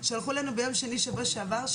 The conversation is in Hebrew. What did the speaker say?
שלחו לנו ביום שני שבוע שעבר,